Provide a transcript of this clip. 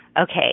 Okay